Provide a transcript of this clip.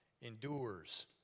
endures